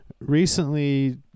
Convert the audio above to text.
recently